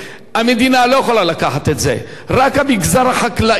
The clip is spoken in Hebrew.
3 מיליארד שקל זה רק עמותות מזון.